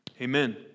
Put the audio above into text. Amen